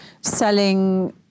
selling